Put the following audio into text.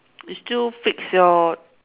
you still fix your